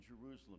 Jerusalem